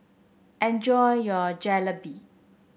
enjoy your Jalebi